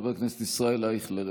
חבר הכנסת ישראל אייכלר,